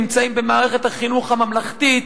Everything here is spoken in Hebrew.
נמצאים במערכת החינוך הממלכתית,